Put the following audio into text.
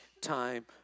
time